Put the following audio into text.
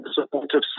supportive